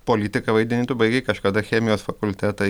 politiką vaidini tu baigei kažkada chemijos fakultetą